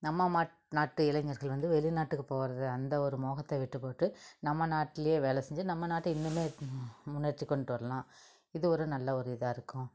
நம்ம மாட் நாட்டு இளைஞர்கள் வந்து வெளிநாட்டுக்கு போகிறது அந்த ஒரு மோகத்தை விட்டுபோட்டு நம்ம நாட்டிலையே வேலை செஞ்சு நம்ம நாட்டை இன்னுமே முன்னேற்றி கொண்டு வரலாம் இது ஒரு நல்ல ஒரு இதாக இருக்கும்